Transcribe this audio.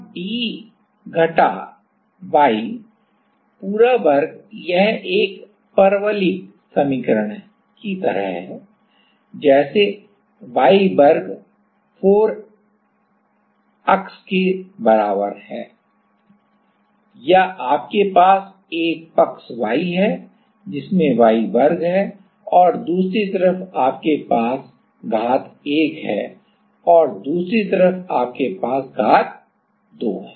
अब d घटा y पूरा वर्ग यह एक परवलयिक समीकरण की तरह है जैसे y वर्ग 4 अक्ष के बराबर है या आपके पास एक पक्ष y है जिसमें y वर्ग है और दूसरी तरफ आपके पास घात 1 है और दूसरी तरफ आपके पास घात 2 है